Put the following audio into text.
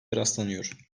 rastlanıyor